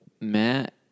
Matt